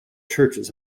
churches